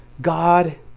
God